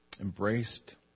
embraced